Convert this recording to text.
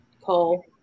Cole